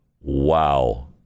wow